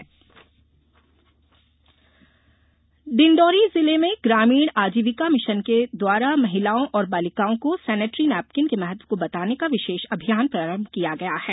मंत्री मरकाम गांधी डिंडौरी जिले में ग्रामीण आजीविका मिषन के द्वारा महिलाओं और बालिकाओं को सेनेट्री नेपकीन के महत्व को बताने का विषेष अभियान प्रारम्भ किया गया है